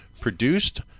produced